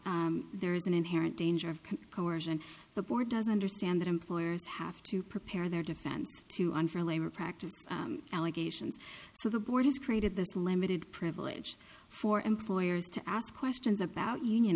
though there is an inherent danger of coercion and the board doesn't understand that employers have to prepare their defense to on for labor practices allegations so the board has created this limited privilege for employers to ask questions about union